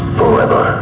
forever